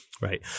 Right